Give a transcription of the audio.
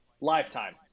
Lifetime